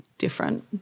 different